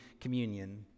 Communion